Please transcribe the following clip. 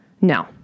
No